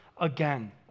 again